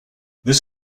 this